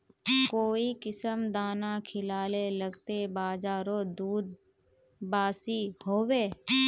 काई किसम दाना खिलाले लगते बजारोत दूध बासी होवे?